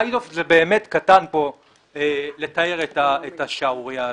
מיידוף זה באמת קטן בשביל לתאר את השערורייה הזאת.